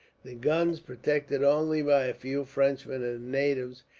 the guns, protected only by a few frenchmen and natives,